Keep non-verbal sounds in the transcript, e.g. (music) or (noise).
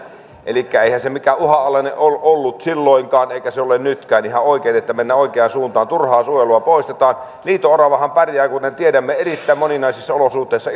elikkä eihän se mikään uhanalainen ollut silloinkaan eikä se ole nytkään ihan oikein että mennään oikeaan suuntaan turhaa suojelua poistetaan liito oravahan pärjää kuten tiedämme erittäin moninaisissa olosuhteissa (unintelligible)